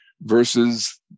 versus